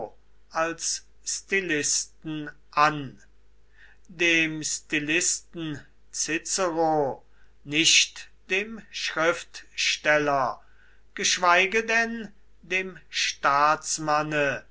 als stilisten an dem stilisten cicero nicht dem schriftsteller geschweige denn dem staatsmanne